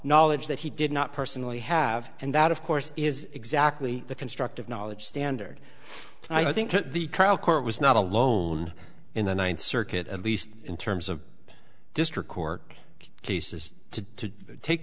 knowledge that he did not personally have and that of course is exactly the constructive knowledge standard i think that the trial court was not alone in the ninth circuit at least in terms of district court cases to t